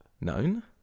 Known